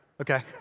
Okay